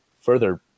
further